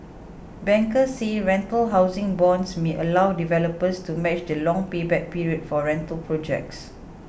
bankers say rental housing bonds may allow developers to match the long payback period for rental projects